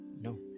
no